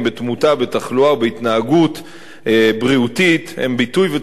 בתחלואה ובהתנהגות בריאותית הם ביטוי ותוצאה גם